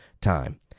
time